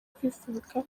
kwifubika